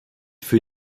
für